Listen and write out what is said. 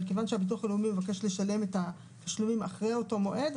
אבל כיוון שהביטוח הלאומי מבקש לשלם את התשלומים אחרי אותו מועד,